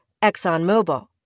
ExxonMobil